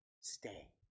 stay